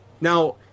Now